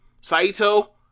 Saito